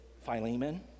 philemon